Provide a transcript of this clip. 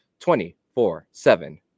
24-7